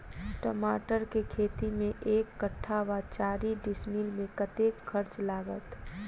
टमाटर केँ खेती मे एक कट्ठा वा चारि डीसमील मे कतेक खर्च लागत?